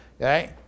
Okay